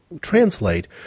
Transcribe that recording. translate